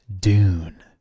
Dune